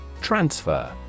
Transfer